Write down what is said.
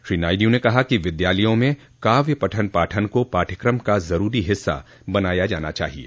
श्री नायड् ने कहा कि विद्यालयों में काव्य पठन पाठन को पाठ्यकम का ज़रूरी हिस्सा बनाया जाना चाहिए